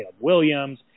Williams